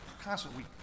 constantly